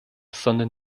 sondern